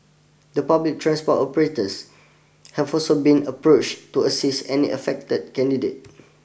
the public transport operators have also been approach to assist any affected candidate